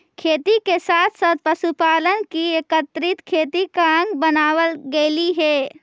खेती के साथ साथ पशुपालन भी एकीकृत खेती का अंग बनवाल गेलइ हे